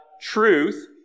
truth